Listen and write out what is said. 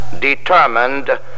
determined